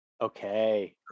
okay